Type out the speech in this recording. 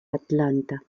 atlanta